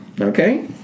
Okay